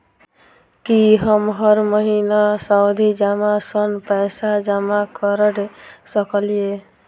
की हम हर महीना सावधि जमा सँ पैसा जमा करऽ सकलिये?